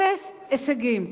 אפס הישגים.